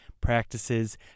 practices